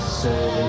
say